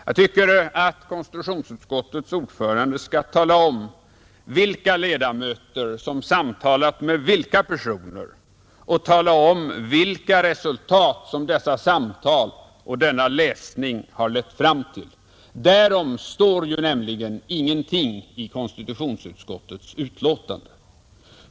Jag tycker att konstitutionsutskottets ordförande skall tala om vilka ledamöter som samtalat med vilka personer och vilka resultat som dessa samtal och denna läsning har lett fram till. Därom står nämligen ingenting i konstitutionsutskottets betänkande.